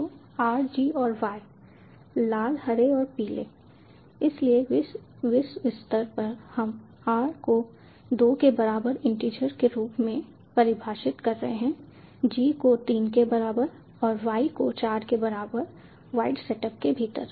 तो r g और y लाल हरे और पीले इसलिए विश्व स्तर पर हम r को 2 के बराबर इंटीजर के रूप में परिभाषित कर रहे हैं g को 3 के बराबर y को 4 के बराबर वॉइड सेटअप के भीतर